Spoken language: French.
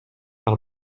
par